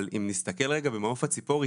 אבל אם נסתכל רגע ממעוף הציפור,